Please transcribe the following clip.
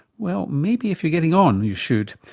well, maybe if you're getting on, you should.